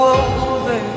over